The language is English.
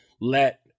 let